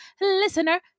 listener